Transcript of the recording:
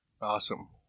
awesome